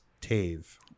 tave